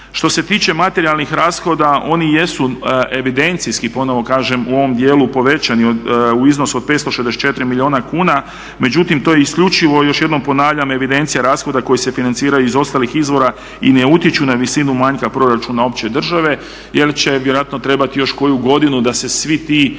Što se tiče materijalnih rashoda, oni su jesu evidencijski ponovo kažem u ovom dijelu povećani u iznosu od 564 milijuna kuna, međutim to je isključivo, još jednom ponavljam, evidencija rashoda koji se financiraju iz ostalih izvora i ne utječu na visinu manjka proračuna opće države jer će vjerojatno trebati još koju godinu da se svi ti